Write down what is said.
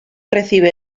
recibe